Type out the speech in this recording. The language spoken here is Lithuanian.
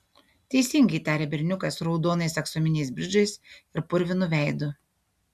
teisingai tarė berniukas su raudonais aksominiais bridžais ir purvinu veidu